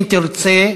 אם תרצה.